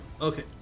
Okay